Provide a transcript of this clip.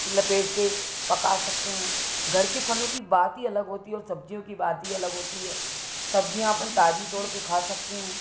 लपेटके पका सकते हैं घर के फलों की बात ही अलग होती है और सब्ज़ियों की बात ही अलग होती है सब्ज़ियाँ अपन ताज़ी तोड़के खा सकते हैं